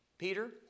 Peter